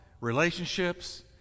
Relationships